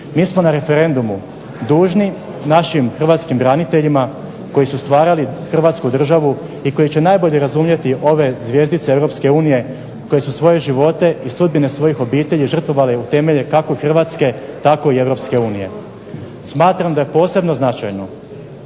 Mi smo na referendumu dužni našim Hrvatskim braniteljima koji su stvarali Hrvatsku državu i koji će najbolje razumjeti ove zvjezdice Europske unije koji su svoje živote i stotine svojih obitelji žrtvovali utemelje kako Hrvatske tako i Europske unije. Smatram da je posebno značajno